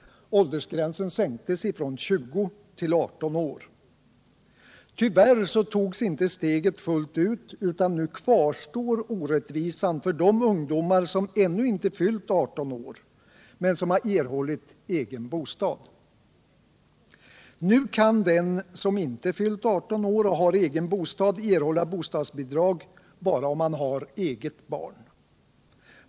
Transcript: Åldersgränsen sänktes från 20 till 18 år. Tyvärr togs inte steget fullt ut, utan nu kvarstår orättvisan för de ungdomar som ännu inte fyllt 18 år men erhållit egen bostad. Nu kan den som inte fyllt 18 år och har egen bostad erhålla bostadsbidrag bara om han eller hon har eget barn.